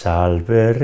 Salve